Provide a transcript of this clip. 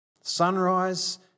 Sunrise